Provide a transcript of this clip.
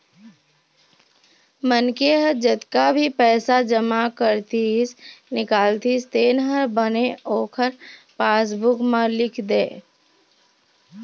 मनखे ह जतका भी पइसा जमा करतिस, निकालतिस तेन ह बने ओखर पासबूक म लिख दय